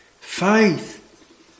Faith